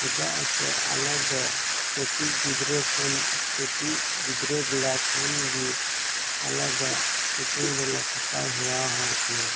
ᱪᱮᱫᱟᱜ ᱮᱱᱛᱮᱫ ᱟᱞᱮ ᱫᱚ ᱠᱟᱹᱴᱤᱡ ᱜᱤᱫᱽᱨᱟᱹ ᱠᱷᱚᱱ ᱠᱟᱹᱴᱤᱡ ᱜᱤᱫᱽᱨᱟᱹ ᱵᱮᱲᱟᱠᱷᱚᱱ ᱜᱮ ᱟᱞᱮ ᱫᱚ ᱥᱤᱛᱩᱝ ᱨᱮᱞᱮ ᱠᱷᱟᱴᱟᱣ ᱦᱮᱣᱟ ᱦᱚᱲ ᱠᱟᱱᱟ